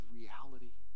reality